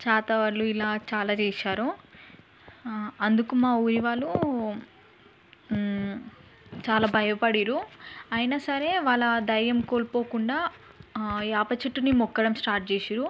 చేతబడులు ఇలా చాలా చేశారు అందుకు మా ఊరి వాళ్ళు చాలా భయపడ్డారు అయినా సరే వాళ్ళ దెయ్యం కోల్పోకుండా వేప చెట్టుని మొక్కడం స్టార్ట్ చేసారు